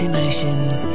Emotions